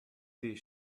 tes